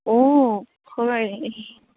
ꯑꯣ ꯍꯣꯏ